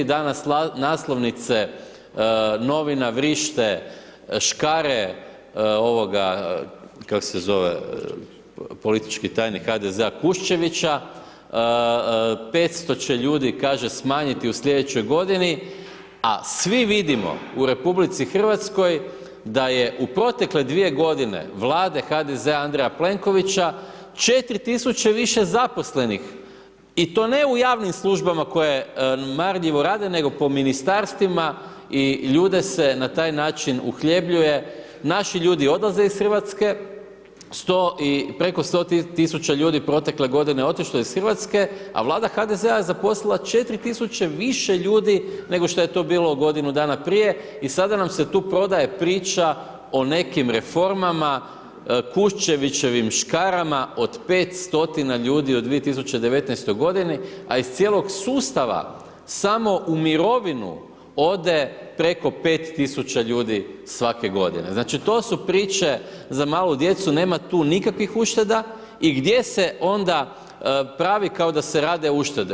Danas naslovnice novina vrište, škare ovoga, kako se zove, politički tajnik HDZ-a Kuščevića, 500 će ljudi kaže smanjiti u sljedećoj g. a svi vidimo u RH, da je u protekle 2 g. vlade HDZ-a Andreja Plenkovića 4000 više zaposlenih i to ne u javnim službama koje marljivo rade nego po ministarstvima i ljude se na taj način uhljebljuje, naši ljudi odlaze iz Hrvatske, preko 100 tisuća ljudi je protekle g. otišlo iz Hrvatske, a Vlada HDZ-a je zaposlila 4000 više ljudi, nego što je to bilo godinu dana prije i sada nam se tu prodaje priča o nekim reformama, Kuščevićevim škarama od 500 ljudi u 2019. g. a iz cijelog sustava samo u mirovinu ode preko 5000 ljudi svake g. Znači to su priče za malu djecu, nema tu nikakvih ušteda i gdje se onda pravi kao da se rade uštede?